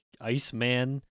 Iceman